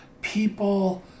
People